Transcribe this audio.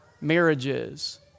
marriages